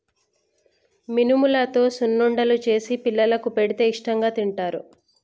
మినుములతో సున్నుండలు చేసి పిల్లలకు పెడితే ఇష్టాంగా తింటారు